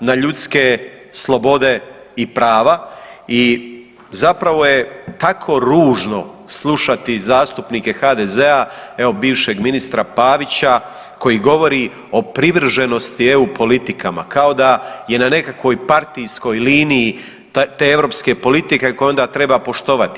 na ljudske slobode i prava i zapravo je tako ružno slušati zastupnike HDZ-a, evo bivšeg ministra Pavića koji govori o privrženosti eu politikama, kao da je na nekakvoj partijskoj liniji te europske politike koju onda treba poštovati.